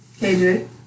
KJ